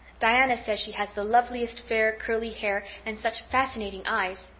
diana says she has the loveliest fair curly hair and such fascinating eyes.